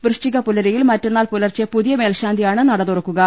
വൃശ്ചിക പുലരിയിൽ മറ്റന്നാൾ പുലർച്ചെ പുതിയ മേൽശാ ന്തിയാണ് നട തുറക്കുക